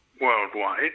worldwide